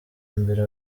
mbere